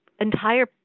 entire